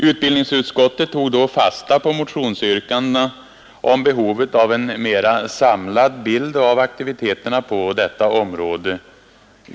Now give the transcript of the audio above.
Utbildningsutskottet tog då fasta på motionsyrkandena om behovet av en mera samlad bild av aktiviteterna på detta område.